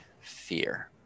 fear